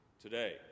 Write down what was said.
Today